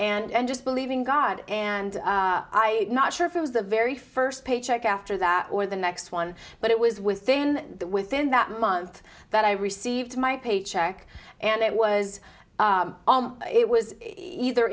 and just believe in god and i not sure if it was the very first paycheck after that or the next one but it was within within that month that i received my paycheck and it was it was either